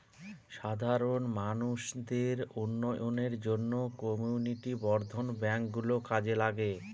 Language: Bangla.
সাধারণ মানুষদের উন্নয়নের জন্য কমিউনিটি বর্ধন ব্যাঙ্ক গুলো কাজে লাগে